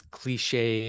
cliche